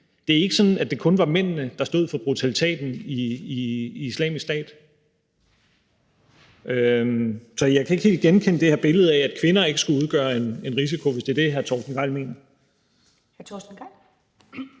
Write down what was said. Det er ikke sådan, at det kun var mændene, der stod for brutaliteten i Islamisk Stat. Så jeg kan ikke helt genkende det her billede af, at kvinder ikke skulle udgøre en risiko, hvis det er det, hr. Torsten Gejl mener. Kl. 22:29